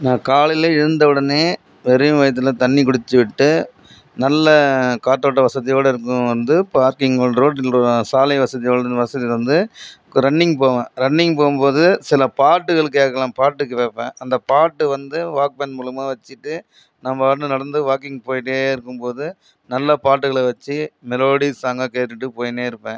நான் காலையில எழுந்த உடனே வெறும் வயத்தில் தண்ணி குடித்து விட்டு நல்ல காத்தோட்ட வசதியோடு இருக்கும் வந்து பார்க்கிங் ரோட் சாலை வசதியோட வசதி வந்து ரன்னிங் போவான் ரன்னிங் போகும்போது சில பாட்டுகள் கேட்கலாம் பாட்டு கேட்பன் அந்த பாட்டு வந்து வாக்மேன் மூலமா வச்சுட்டு நம்ம வந்து நடந்து வாக்கிங் போய்கிட்டே இருக்கும்போது நல்ல பாட்டுகளை வச்சி மெலோடி சாங் கேட்டுட்டு போய்க்கின்னே இருப்பேன்